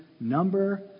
number